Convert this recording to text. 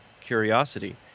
curiosity